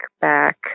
back